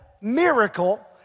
miracle